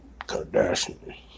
Kardashian